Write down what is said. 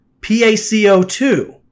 PaCO2